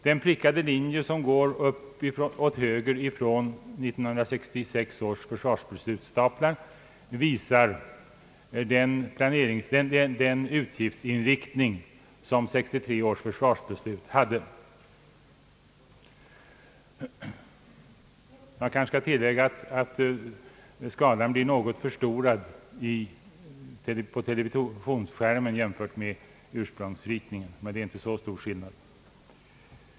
Den prickade linje som går upp åt höger från 1966 års försvarsbeslutsstaplar visar den utgiftsinriktning som 1963 års försvarsbeslut hade, Jag kanske skall tillägga att skalan blir något förstorad på televisionsskärmen, men skillnaden är inte så stor.